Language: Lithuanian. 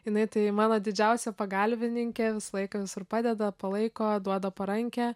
jinai tai mano didžiausia pagalbininkė visą laiką visur padeda palaiko duoda parankę